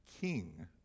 king